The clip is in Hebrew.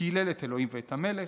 קילל את אלוהים ואת המלך,